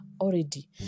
already